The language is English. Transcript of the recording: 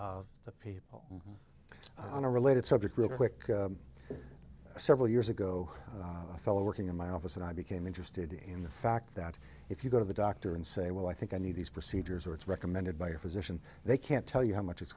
of the people on a related subject real quick several years ago a fellow working in my office and i became interested in the fact that if you go to the doctor and say well i think i need these procedures or it's recommended by your physician they can't tell you how much it's